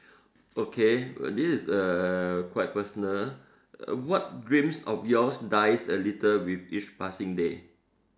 okay well this is err quite personal what dreams of yours dies a little with each passing day